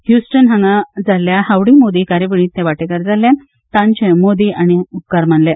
ह्युस्टन हांगासर जाल्ल्या हावडी मोदी कार्यावळीत ते वांटेकार जाल्ल्यान तांचेय मोदी हांणी उपकार मानले